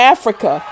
Africa